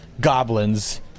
Goblins